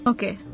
Okay